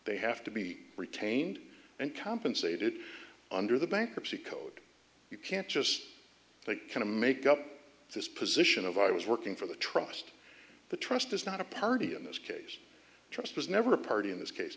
they have to be retained and compensated under the bankruptcy code you can't just kind of make up this position of i was working for the trust the trust is not a party in this case trust was never a party in this case